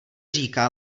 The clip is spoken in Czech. říká